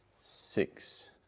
Six